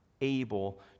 able